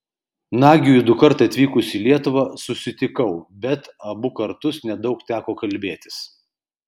nagiui dukart atvykus į lietuvą susitikau bet abu kartus nedaug teko kalbėtis